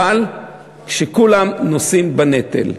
אבל כשכולם נושאים בנטל.